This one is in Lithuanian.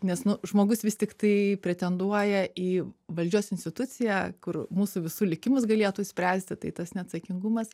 nes nu žmogus vis tiktai pretenduoja į valdžios instituciją kur mūsų visų likimus galėtų spręsti tai tas neatsakingumas